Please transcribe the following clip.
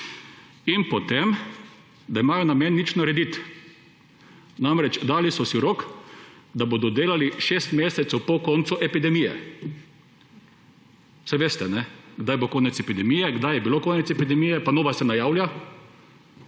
in potem, da imajo namen nič narediti. Namreč, dali so si rok, da bodo delali šest mesecev po koncu epidemije. Saj veste, kdaj bo konec epidemije, kdaj je bil konec epidemije, pa nova se najavlja.